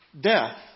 death